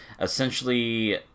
essentially